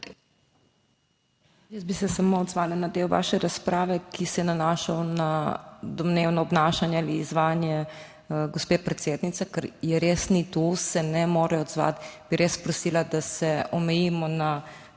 Jaz bi se samo odzvala na del vaše razprave, ki se je nanašal na domnevno obnašanje ali izvajanje gospe predsednice, ker je res ni tu, se ne more odzvati, bi res prosila, da se omejimo na